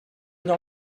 allò